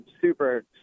super